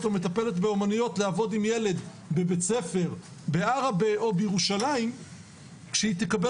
או מטפלת באומנויות לעבוד עם ילד בבית ספר בערה או בירושלים כשהיא תקבל